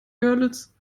görlitz